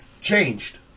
changed